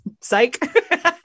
psych